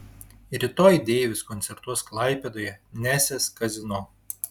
rytoj deivis koncertuos klaipėdoje nesės kazino